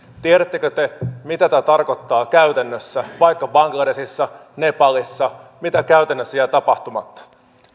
tiedättekö te mitä tämä tarkoittaa käytännössä vaikka bangladeshissa nepalissa mitä käytännössä jää tapahtumatta